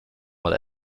mal